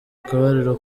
akabariro